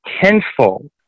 tenfold